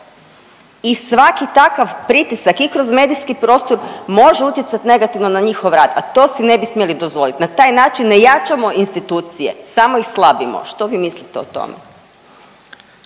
i svaki takav pritisak i kroz medijski prostor može utjecat negativno na njihov rad, a to si ne bi smjeli dozvolit, na taj način ne jačamo institucije, samo ih slabimo, što vi mislite o tome?